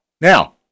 Now